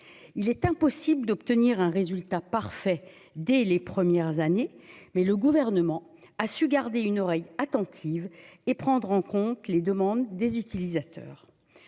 il est impossible d'obtenir un résultat parfait dès les premières années, mais le gouvernement a su garder une oreille attentive et prendre en compte les demandes des utilisateurs,